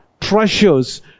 treasures